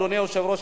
אדוני היושב-ראש,